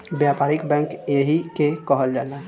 व्यापारिक बैंक एही के कहल जाला